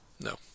no